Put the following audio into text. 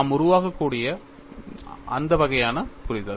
நாம் உருவாக்கக்கூடிய அந்த வகையான புரிதல்